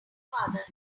father